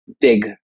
big